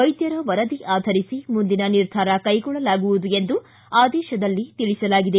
ವೈದ್ಯರ ವರದಿ ಆಧರಿಸಿ ಮುಂದಿನ ನಿರ್ಧಾರ ಕೈಗೊಳ್ಳಲಾಗುವುದು ಎಂದು ಆದೇಶದಲ್ಲಿ ತಿಳಿಸಲಾಗಿದೆ